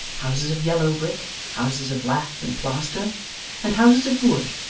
houses of yellow brick, houses of lath and plaster and houses of wood,